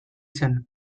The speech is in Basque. zen